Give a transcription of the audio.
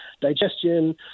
digestion